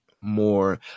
more